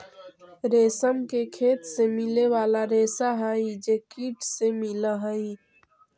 रेशम के खेत से मिले वाला रेशा हई जे कीट से मिलऽ हई